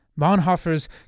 Bonhoeffer's